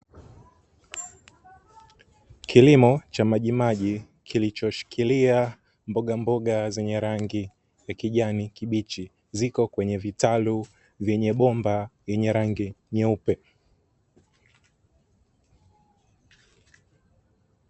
Kilimo cha majimaji kilichoshikilia mboga mboga zenye rangi ya kijani kibichi, ziko kwenye vitalu vyenye bomba lenye rangi nyeupe.